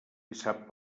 sap